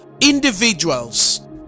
individuals